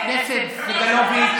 חבר הכנסת סגלוביץ',